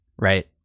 right